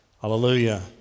Hallelujah